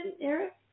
Eric